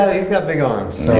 he's got big arms.